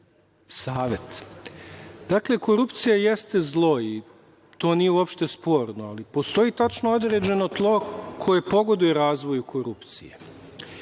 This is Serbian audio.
savet. Dakle, korupcija jeste zlo i to nije uopšte sporno, ali postoji tačno određeno tlo koje pogoduje razvoju korupcije.